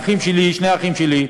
שני אחים שלי,